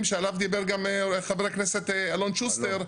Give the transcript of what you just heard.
שעליו דיבר גם חבר הכנסת אלון שוסטר,